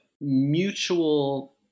mutual